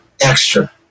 extra